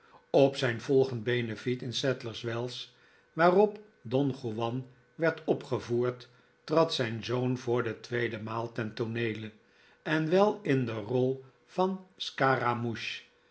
op zijn volgend benefiet in sadlers wells waarop don juan werd opgevoerd trad zijn zoon voor de tweede maal ten tooneele en wel in de rol van scaramouche